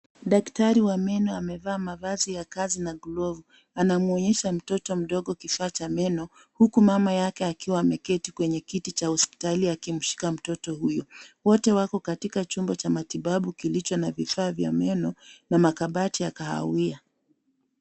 Daktari wa meno amevaa mavazi ya kazi na glovu. Anamwonyesha mtoto mdogo kifaa cha meno huku mama yake akiwa ameketi kwenye kiti cha hospitali akimshika mtoto huyu. Wote wako katika chumba cha matibabu kilicho na vifaa vya meno na makabati ya kahawia.